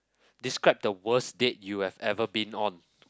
describe the worst date you have ever been on